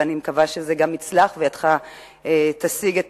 ואני מקווה שזה גם יצלח וידך תשיג את